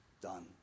done